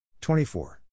24